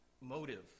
motive